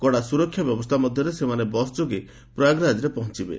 କଡ଼ା ସୁରକ୍ଷା ବ୍ୟବସ୍ଥା ମଧ୍ୟରେ ସେମାନେ ବସ୍ ଯୋଗେ ପ୍ରୟାଗରାଜରେ ପହଞ୍ଚିବେ